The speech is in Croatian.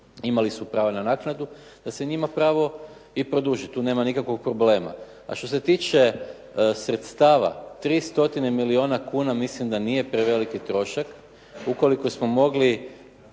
imali su pravo na naknadu da se njima pravo i produži. Tu nema nikakvog problema. A što se tiče sredstava. 3 stotine milijuna kuna mislim da nije preveliki trošak. Ukoliko smo mogli